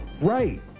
right